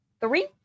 Three